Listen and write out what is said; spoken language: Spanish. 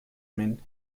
men